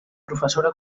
professora